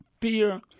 fear